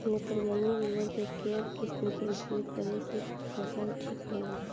नेत्रजनीय उर्वरक के केय किस्त मे उपयोग करे से फसल ठीक होला?